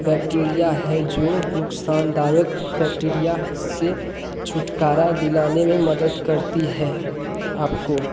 bacteria है जो नुकसानदायक बैक्टीरिया से छुटकारा दिलाने में मदद करती है आपको